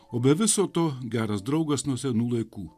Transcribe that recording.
o be viso to geras draugas nuo senų laikų